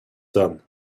done